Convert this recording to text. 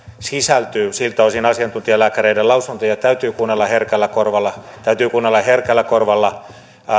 sisältyy siltä osin asiantuntijalääkäreiden lausuntoja täytyy kuunnella herkällä korvalla täytyy kuunnella herkällä korvalla